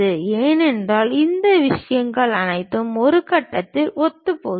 ஏனென்றால் இந்த விஷயங்கள் அனைத்தும் இந்த கட்டத்தில் ஒத்துப்போகின்றன